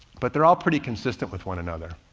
but they're all pretty consistent with one another.